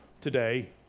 today